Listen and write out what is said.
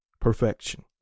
perfection